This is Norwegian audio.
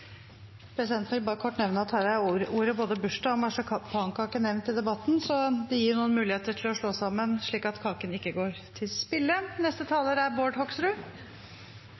vil bare nevne at her er både bursdag og marsipankake nevnt i debatten, så det gir noen muligheter til å slå sammen slik at kaken ikke går til spille.